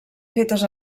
fetes